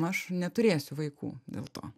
aš neturėsiu vaikų dėl to